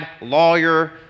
lawyer